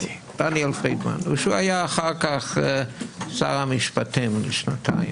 שהוא היה אחר כך שר המשפטים לשנתיים,